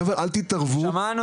אז חבר'ה אל תתערבו בחוקי.